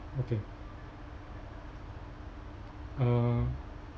okay uh